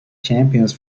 champions